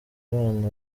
abana